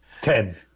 Ten